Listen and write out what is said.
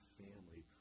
family